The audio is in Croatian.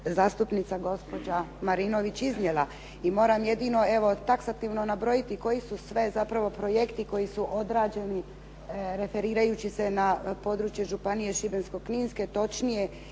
zastupnica gospođa Marinović iznijela i moram jedino evo taksativno nabrojiti koji su sve zapravo projekti koji su odrađeni referirajući se na područje županije Šibensko-kninske, točnije